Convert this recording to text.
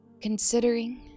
considering